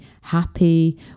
happy